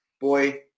boy